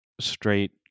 straight